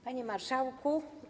Panie Marszałku!